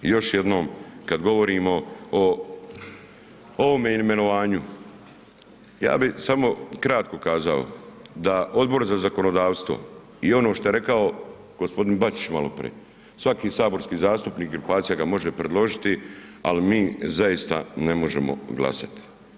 Još jednom kad govorimo o ovome imenovanju, ja bi samo kratko kazao da Odbor za zakonodavstvo i ono što je rekao gospodin Bačić maloprije, svaki saborski zastupnik, grupacija ga može predložiti, ali mi zaista ne možemo glasati.